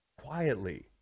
quietly